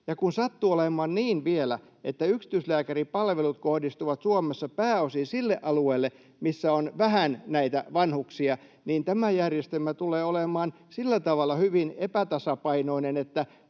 kun sattuu olemaan vielä niin, että yksityislääkäripalvelut kohdistuvat Suomessa pääosin sille alueelle, missä on vähän vanhuksia, niin tämä järjestelmä tulee olemaan sillä tavalla hyvin epätasapainoinen, että